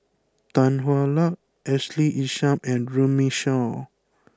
Tan Hwa Luck Ashley Isham and Runme Shaw